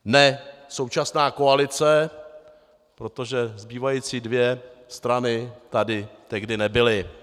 Ne současná koalice, protože zbývající dvě strany tady tehdy nebyly.